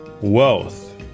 Wealth